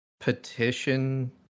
petition